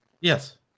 Yes